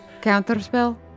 Counterspell